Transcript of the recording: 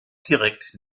direkt